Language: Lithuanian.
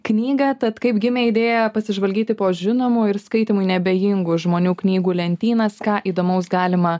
knygą tad kaip gimė idėja pasižvalgyti po žinomų ir skaitymui neabejingų žmonių knygų lentynas ką įdomaus galima